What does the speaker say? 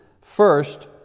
First